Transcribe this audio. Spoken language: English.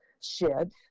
shed